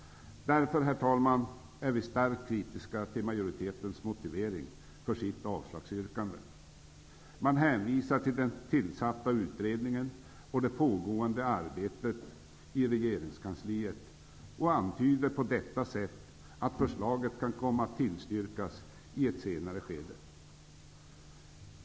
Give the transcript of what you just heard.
Herr talman! Därför är vi starkt kritiska till majoritetens motivering för sitt avslagsyrkande. Man hänvisar till den tillsatta utredningen och det pågående arbetet i regeringskansliet och antyder på detta sätt att förslaget kan komma att tillstyrkas i ett senare skede.